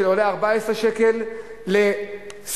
שעולה 14 שקל לסולר,